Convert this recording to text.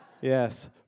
Yes